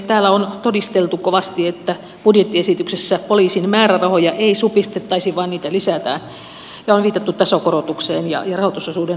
täällä on todisteltu kovasti että budjettiesityksessä poliisin määrärahoja ei supistettaisi vaan niitä lisätään ja on viitattu tasokorotukseen ja rahoitusosuuden nostoon